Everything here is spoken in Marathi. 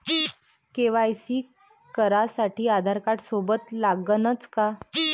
के.वाय.सी करासाठी आधारकार्ड सोबत लागनच का?